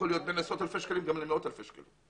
יכול להיות עשרות ואפילו מאות אלפי שקלים.